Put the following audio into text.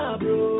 bro